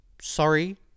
sorry